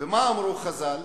ומה אמרו חז"ל?